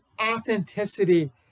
authenticity